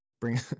Bring